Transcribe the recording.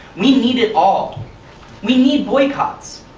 we need it all we need boycotts,